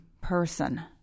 person